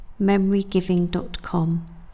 memorygiving.com